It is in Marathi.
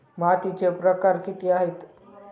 मातीचे प्रकार किती आहेत?